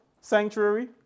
sanctuary